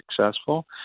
successful